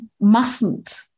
mustn't